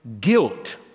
guilt